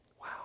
Wow